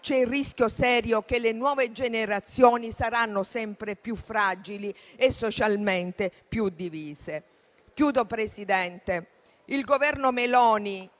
c'è il rischio serio che le nuove generazioni saranno sempre più fragili e socialmente più divise. [**Presidenza del presidente